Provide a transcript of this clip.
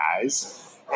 guys